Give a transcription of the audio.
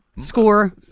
score